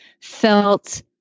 felt